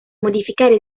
modificare